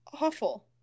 awful